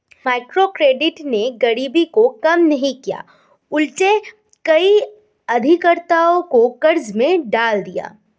microcredit ने गरीबी को कम नहीं किया उलटे कई उधारकर्ताओं को कर्ज में डाल दिया है